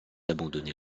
abandonner